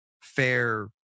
fair